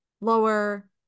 lower